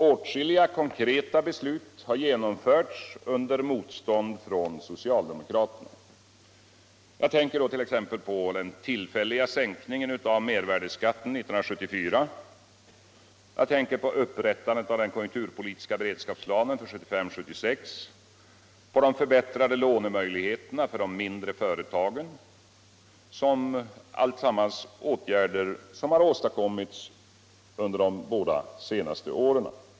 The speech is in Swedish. Åtskilliga konkreta beslut har genomförts under motstånd från socialdemokraterna. Jag tänker exempelvis på den tillfälliga sänkningen av mervärdeskatten 1974, upprättandet av den konjunkturpolitiska beredskapsplanen för 1975/76 och de förbättrade lånemöjligheterna för mindre företag — alltsammans åtgärder som har åstadkommits under de senaste åren.